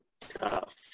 tough